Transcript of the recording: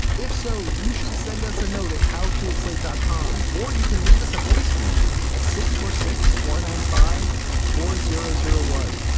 if so, so, you should send us a note at how to add slate dot com. or you can leave us a voicemail at six four six four nine five four zero zero one.